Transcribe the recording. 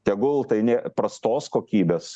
tegul tai ne prastos kokybės